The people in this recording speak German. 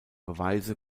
beweise